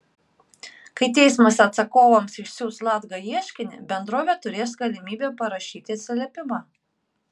kai teismas atsakovams išsiųs latga ieškinį bendrovė turės galimybę parašyti atsiliepimą